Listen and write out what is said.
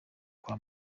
kwa